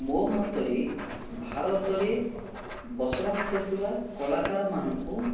ମୋ' ମତରେ ଭାରତରେ ବସବାସ କରୁଥିବା କଳାକାରମାନଙ୍କୁ